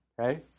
okay